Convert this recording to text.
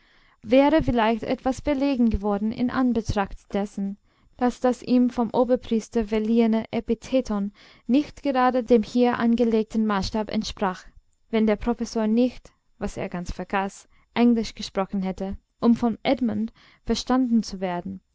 wäre vielleicht etwas verlegen geworden in anbetracht dessen daß das ihm vom oberpriester verliehene epitheton nicht gerade dem hier angelegten maßstab entsprach wenn der professor nicht was er ganz vergaß englisch gesprochen hätte um von edmund verstanden zu werden